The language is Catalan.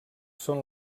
són